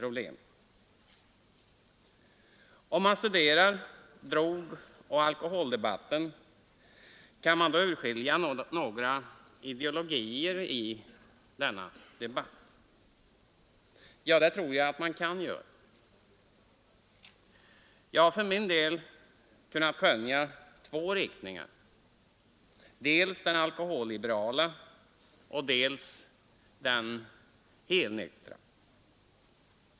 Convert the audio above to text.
Om man studerar drogoch alkoholdebatten, kan man då urskilja några ideologier i denna debatt? Ja, det tror jag att man kan. Jag har för min del kunnat skönja två riktningar, dels den alkoholliberala och dels den helnyktra.